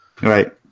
Right